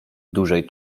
dużej